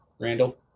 Randall